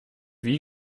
wie